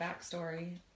backstory